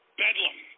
bedlam